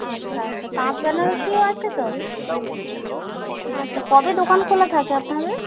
আচ্ছা আচ্ছা তাঁত বেনারসীও আছে তো আচ্ছা কবে দোকান খোলা থাকে আপনাদের